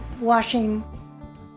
washing